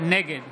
נגד